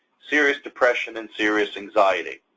serious depression and serious anxiety.